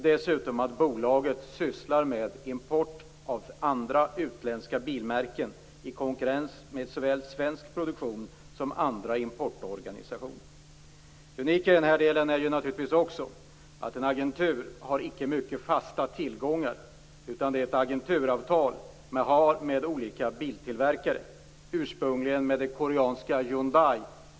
Dessutom sysslar bolaget med import av andra utländska bilmärken i konkurrens med såväl svensk produktion som med andra importorganisationer. Det unika i den här delen är naturligtvis också att det är en agentur som icke har mycket fasta tillgångar, utan man har ett agenturavtal med olika biltillverkare, ursprungligen med det koreanska Hyundai.